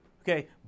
okay